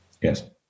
yes